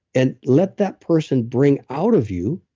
and let that person bring out of you